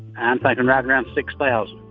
and tight and ran around six miles